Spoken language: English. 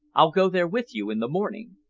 i'll go there with you in the morning.